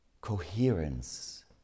coherence